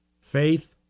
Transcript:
Faith